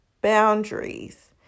boundaries